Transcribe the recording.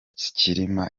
cyilima